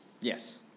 Yes